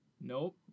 Nope